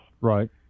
Right